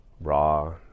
raw